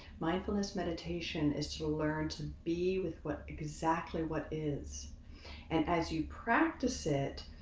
mindfulness meditation is to learn to be with what exactly what is. and as you practice it,